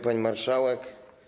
Pani Marszałek!